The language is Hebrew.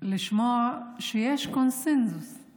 לשמוע שיש קונסנזוס לזה